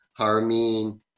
Harmin